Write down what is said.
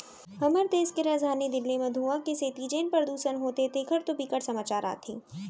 हमर देस के राजधानी दिल्ली म धुंआ के सेती जेन परदूसन होथे तेखर तो बिकट समाचार आथे